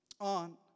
on